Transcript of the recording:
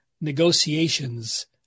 negotiations